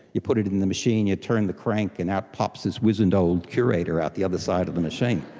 you put it it in the machine, you turn the crank and out pops this wizened old curator out the other side of the machine.